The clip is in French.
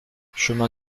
chemin